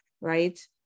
right